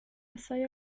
assai